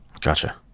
Gotcha